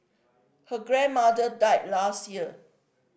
her grandmother died last year